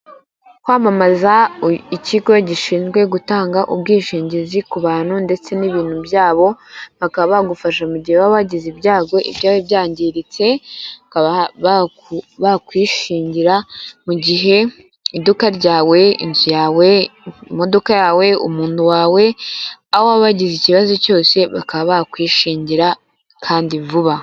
Kwamamaza ikigo gishinzwe gutanga ubwishingizi ku bantu ndetse n'ibintu byabo bakaba bagufasha mugihe waba wagize ibyago, ibyawe byangiritse bakwishingira mugihe iduka ryawe, inzu yawe, imodoka yawe, umuntu wawe aho waba wagize ikibazo cyose baka bakwishingira kandi vuba.